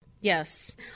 Yes